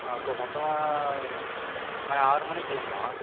அப்போது மொத்தமாக இது மாதிரி ஆறு மணிக்கு கிளம்பணும்